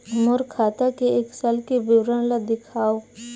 मोर खाता के एक साल के विवरण ल दिखाव?